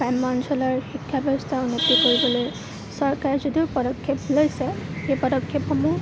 গ্ৰাম্য অঞ্চলৰ শিক্ষা ব্যৱস্থা উন্নতি কৰিবলৈ চৰকাৰে যদিও পদক্ষেপ লৈছে সেই পদক্ষেপসমূহ